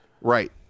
Right